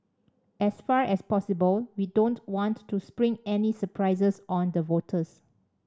as far as possible we don't want to spring any surprises on the voters